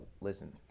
listen